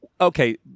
okay